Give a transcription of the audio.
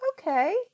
okay